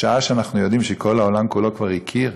בשעה שאנחנו יודעים שכל העולם כולו כבר הכיר,